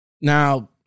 Now